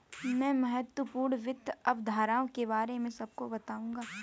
मैं महत्वपूर्ण वित्त अवधारणाओं के बारे में सबको बताऊंगा